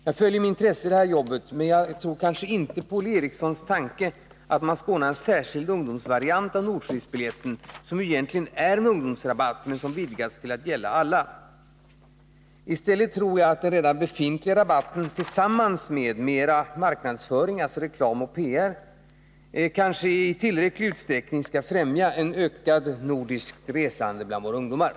Jag följer med intresse detta arbete. Jag tror dock inte på Olle Erikssons tankegångar om att ordna en särskild ungdomsvariant av Nordturistbiljetten som ju egentligen är en ungdomsrabatt men som vidgats till att gälla alla. Jag anseri stället att den redan befintliga rabattmöjligheten tillsammans med den planerade satsningen på marknadsföring är åtgärder som i tillräcklig utsträckning även främjar en ökad nordisk ungdomsturism.